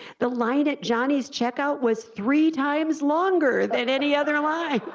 the line at johnny's checkout was three times longer than any other line.